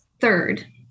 third